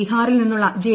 ബീഹാറിൽ നിന്നുള്ള ജെ